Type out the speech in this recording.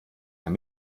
ein